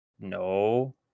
No